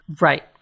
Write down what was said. Right